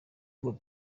ngo